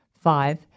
Five